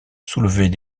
soulevait